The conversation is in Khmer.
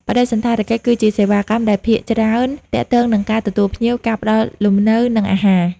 បដិសណ្ឋារកិច្ចគឺជាសេវាកម្មដែលភាគច្រើនទាក់ទងនឹងការទទួលភ្ញៀវ ការផ្តល់លំនៅ និងអាហារ។